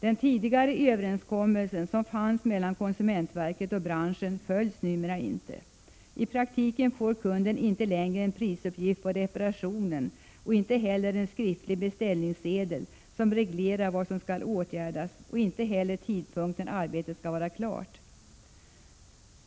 Den tidigare överenskommelsen mellan konsumentverket och branschen följs numera inte. I praktiken får kunden inte längre någon prisuppgift på reparationen, inte heller en skriftlig beställningssedel som reglerar vad som skall åtgärdas och inte heller anges någon tidpunkt när arbetet skall vara klart.